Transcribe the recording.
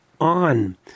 on